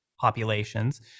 populations